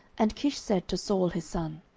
and kish said to saul his son,